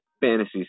Fantasy